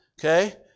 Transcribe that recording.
Okay